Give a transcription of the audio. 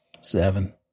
Seven